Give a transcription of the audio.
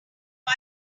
why